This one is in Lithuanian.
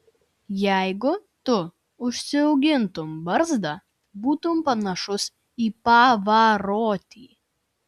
jeigu tu užsiaugintum barzdą būtum panašus į pavarotį